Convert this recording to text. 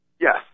Yes